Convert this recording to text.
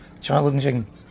challenging